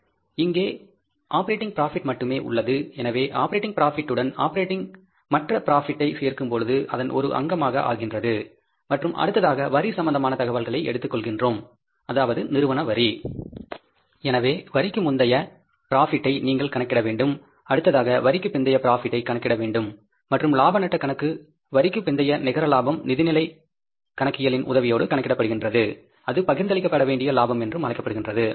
இங்கே operating profit மட்டுமே உள்ளது எனவே ஆப்பரேட்டிங் ப்ராபிட்ட்டுடன் மற்ற ப்ராபிட்டை சேர்க்கும் பொழுது அதன் ஒரு அங்கமாக ஆகின்றது மற்றும் அடுத்ததாக வரி சம்பந்தமான தகவல்களை எடுத்துக் கொள்கின்றோம் அதாவது நிறுவன வரி எனவே வரிக்கு முந்தைய ப்ராபிட்டை நீங்கள் கணக்கிட வேண்டும் அடுத்ததாக வரிக்குப் பிந்தைய ப்ராபிட்டைகணக்கிட வேண்டும் மற்றும் லாப நட்டக் கணக்கு வரிக்குப் பிந்தைய நிகர லாபம் நிதிநிலை கணக்கியலின் உதவியோடு கணக்கிடப்படுகின்றது அது பகிர்ந்து அளிக்கப்பட வேண்டிய லாபம் என்று அழைக்கப்படுகின்றது